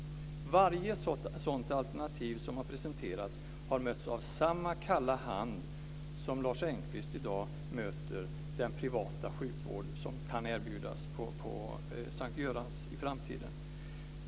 Varje sådant här alternativ som har presenterats har mötts av samma kalla hand som den som Lars Engqvist i dag visar den privata sjukvård som kan erbjudas på S:t Görans sjukhus i framtiden.